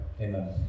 Amen